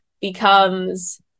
becomes